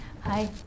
hi